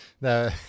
no